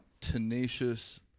tenacious